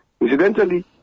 Incidentally